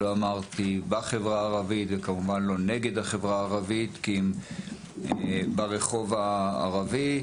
לא אמרתי בחברה הערבית וכמובן לא נגד החברה הערבית כי אם ברחוב הערבי,